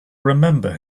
remember